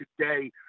today